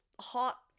hot